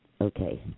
Okay